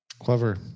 Clever